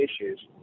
issues